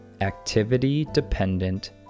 activity-dependent